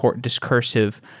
discursive